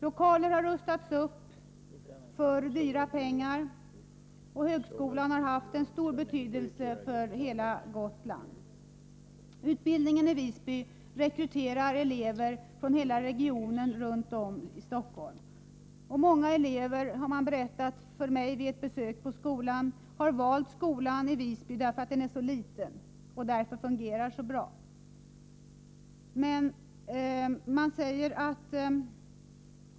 Lokaler har rustats upp för dyra pengar, och högskolan har haft stor betydelse för hela Gotland. Utbildningen i Visby rekryterar elever från hela regionen runt om och i Stockholm. Många elever — har man berättat för mig vid ett besök i skolan — har valt skolan i Visby därför att den är så liten och därmed fungerar så bra.